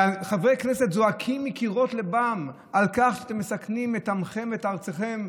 חברי כנסת זועקים מקירות ליבם על כך שאתם מסכנים את עמכם ואת ארצכם,